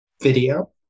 video